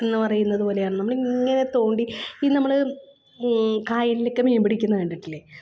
എന്ന് പറയുന്നത് പോലെയാണ് നമ്മളിങ്ങനെ തോണ്ടി ഈ നമ്മള്ള് കായലിലൊക്കെ മീൻ പിടിക്കുന്നത് കണ്ടിട്ടില്ലേ